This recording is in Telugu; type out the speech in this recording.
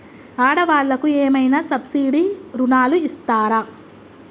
ఆడ వాళ్ళకు ఏమైనా సబ్సిడీ రుణాలు ఇస్తారా?